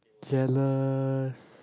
jealous